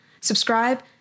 Subscribe